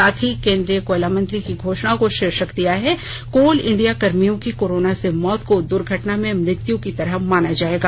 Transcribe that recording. साथ ही केंद्रीय कोयला मंत्री की घोषणा को शीर्षक दिया है कोल इंडिया कर्मियों की कोरोना से मौत को दुर्घटना में मृत्यु की तरह माना जायेगा